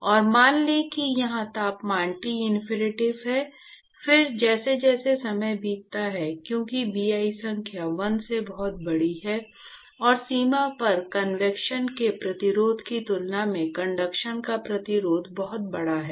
और मान लें कि यहां तापमान टिनफिनिटी है फिर जैसे जैसे समय बीतता है क्योंकि Bi संख्या 1 से बहुत बड़ी है और सीमा पर कन्वेक्शन के प्रतिरोध की तुलना में कंडक्शन का प्रतिरोध बहुत बड़ा है